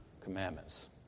commandments